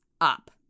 up